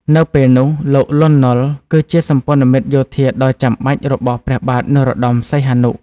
នៅពេលនោះ លោក លន់ ណុល គឺជាសម្ព័ន្ធមិត្តយោធាដ៏ចាំបាច់របស់ព្រះបាទនរោត្តម សីហនុ។